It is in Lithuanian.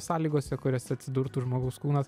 sąlygose kuriose atsidurtų žmogaus kūnas